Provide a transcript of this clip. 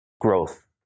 growth